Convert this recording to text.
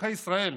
אזרחי ישראל,